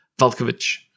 Valkovic